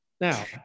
Now